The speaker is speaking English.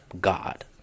god